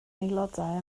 aelodau